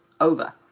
over